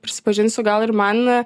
prisipažinsiu gal ir man